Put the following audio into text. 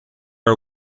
are